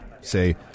say